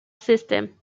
system